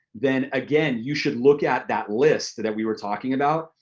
then, again, you should look at that list that we were talking about,